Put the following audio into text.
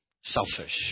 selfish